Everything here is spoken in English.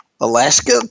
Alaska